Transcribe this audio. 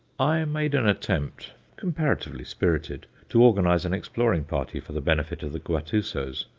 i made an attempt comparatively spirited to organize an exploring party for the benefit of the guatusos,